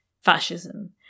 fascism